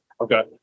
Okay